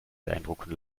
beeindrucken